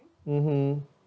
mmhmm